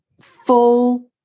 full